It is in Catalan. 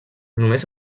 només